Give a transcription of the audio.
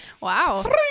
Wow